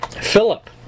Philip